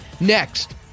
Next